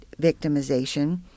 victimization